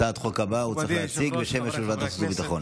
את הצעת החוק הבאה הוא צריך להציג בשם יושב-ראש ועדת החוץ והביטחון.